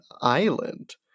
island